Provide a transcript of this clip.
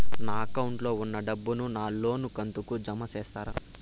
నా అకౌంట్ లో ఉన్న డబ్బును నా లోను కంతు కు జామ చేస్తారా?